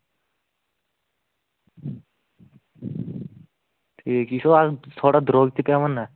ٹھیٖک یہِ چھُو اَز تھوڑا دروٚگ تہِ پٮ۪وان نہ